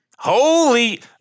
Holy